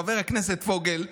חבר הכנסת פוגל,